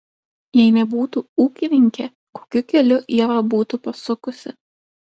jei nebūtų ūkininkė kokiu keliu ieva būtų pasukusi